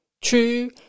True